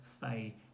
Faye